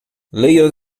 leia